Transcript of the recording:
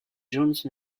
jones